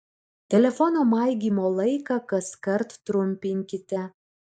telefono maigymo laiką kaskart trumpinkite